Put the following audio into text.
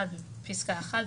1 פסקה 1,